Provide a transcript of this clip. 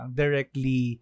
directly